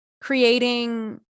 creating